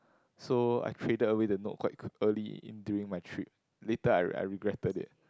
so I created a way to note quite early in during my trip later I I regretted it